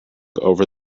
over